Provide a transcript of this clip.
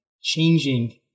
changing